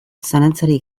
zalantzarik